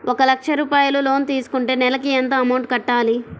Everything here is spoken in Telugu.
ఒక లక్ష రూపాయిలు లోన్ తీసుకుంటే నెలకి ఎంత అమౌంట్ కట్టాలి?